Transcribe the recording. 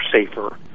safer